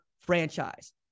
franchise